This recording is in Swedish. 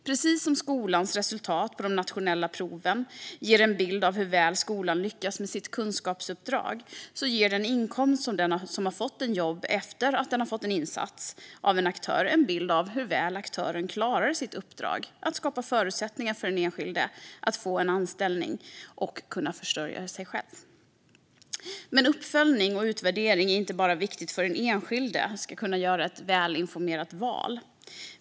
Precis som en skolas resultat på de nationella proven ger en bild av hur väl skolan lyckas med sitt kunskapsuppdrag ger den inkomst som den som fått jobb efter att ha fått en insats från en aktör en bild av hur väl aktören klarade sitt uppdrag att skapa förutsättningar för den enskilde att få en anställning och kunna försörja sig själv. Men uppföljning och utvärdering är inte bara viktigt för att enskilda ska kunna göra välinformerade val.